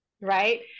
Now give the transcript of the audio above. right